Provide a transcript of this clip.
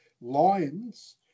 Lions